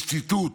יש ציטוט